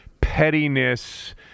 pettiness